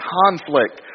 conflict